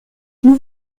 nous